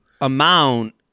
amount